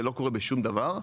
זה לא קורה בשום דבר.